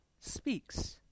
speaks